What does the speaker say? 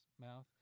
mouth